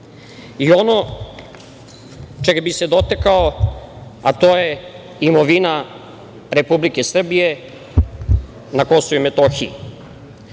čega bih se dotakao, to je imovina Republike Srbije na Kosovu i Metohiji.